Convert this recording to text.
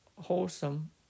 wholesome